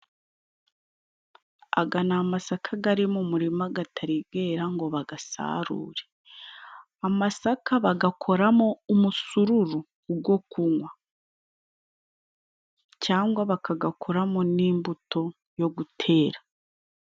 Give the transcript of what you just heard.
Aga ni amasaka gari mu muririma gatari gera ngo bagasarure. Amasaka bagakora mo umusururu go kunywa cyangwa bakagakora mo n'imbuto yo gutera.